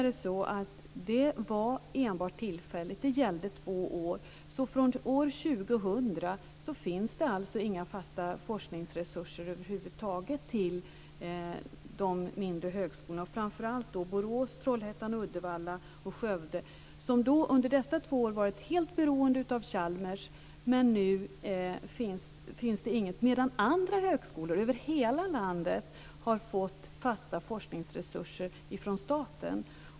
Det var enbart tillfälligt och gällde två år. Från år 2000 finns det alltså inga fasta forskningsresurser över huvud taget till de mindre högskolorna, framför allt Borås, Trollhättan/Uddevalla och Skövde som under dessa två år varit helt beroende av Chalmers och nu alltså inte får något, medan andra högskolor över hela landet har fått fasta forskningsresurser från staten.